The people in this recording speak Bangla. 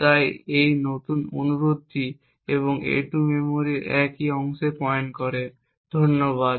তাই এই নতুন অনুরোধটি এবং a2 মেমরির একই অংশে পয়েন্ট করে ধন্যবাদ